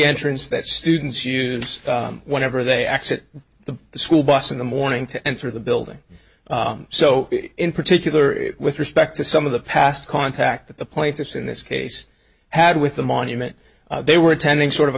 entrance that students use whenever they exit the school bus in the morning to enter the building so in particular it with respect to some of the past contact that the pointis in this case had with the monument they were attending sort of a